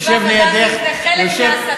נשמח לדעת אם זה חלק מההסתה,